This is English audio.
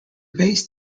base